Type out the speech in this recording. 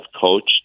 coached